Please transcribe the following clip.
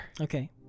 Okay